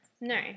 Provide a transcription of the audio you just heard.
No